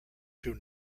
two